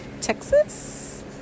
Texas